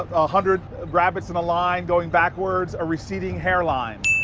a hundred rabbits in a line going backwards a receding hare line